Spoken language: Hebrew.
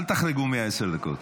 אל תחרגו מעשר דקות.